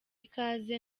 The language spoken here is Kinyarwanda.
ikaze